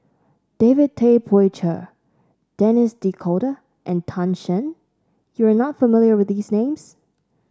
David Tay Poey Cher Denis D'Cotta and Tan Shen you are not familiar with these names